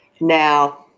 Now